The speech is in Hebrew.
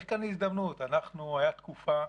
הייתה תקופה,